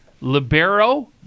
libero